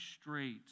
straight